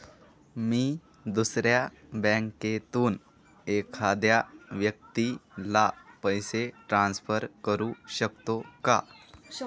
मी दुसऱ्या बँकेतून एखाद्या व्यक्ती ला पैसे ट्रान्सफर करु शकतो का?